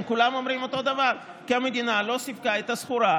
הם כולם אומרים אותו דבר: כי המדינה לא סיפקה את הסחורה,